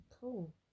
Cool